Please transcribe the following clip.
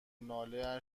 ناله